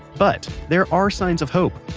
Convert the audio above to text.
but, there are signs of hope,